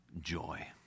joy